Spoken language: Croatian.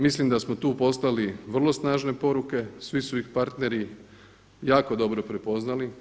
Mislim da smo tu poslali vrlo snažne poruke, svi su ih partneri jako dobro prepoznali.